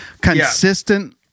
consistent